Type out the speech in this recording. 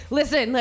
listen